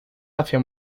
hacia